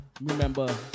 remember